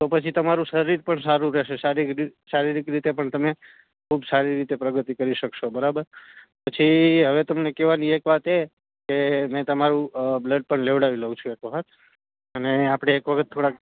તો પછી તમારું શરીર પણ સારું રહેશે શારીરિ શારીરિક રીતે પણ તમે ખૂબ સારી રીતે પ્રગતિ કરી શકશો બરાબર પછી હવે તમને કહેવાની એક વાત એ કે મેં તમારું બ્લડ પણ લેવડાવી લઉં છું એક વખત અને આપણે એક વખત થોડાક